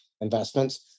investments